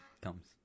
comes